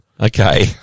Okay